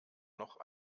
noch